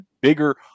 bigger